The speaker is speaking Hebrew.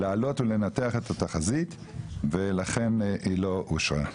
להעלות ולנתח את התחזית בנושאים האלה של הצמיחה.